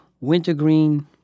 wintergreen